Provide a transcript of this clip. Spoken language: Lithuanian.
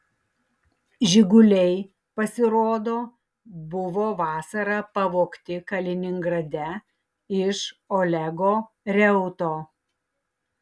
žiguliai pasirodo buvo vasarą pavogti kaliningrade iš olego reuto